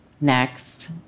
Next